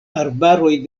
arbaroj